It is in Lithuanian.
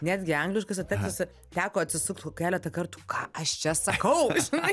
netgi angliškuose tekstuose teko atsisukt u keletą kartų ką aš čia sakau žinai